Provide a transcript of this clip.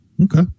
Okay